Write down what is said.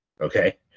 Okay